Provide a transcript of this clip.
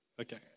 Okay